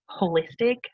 holistic